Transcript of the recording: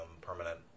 permanent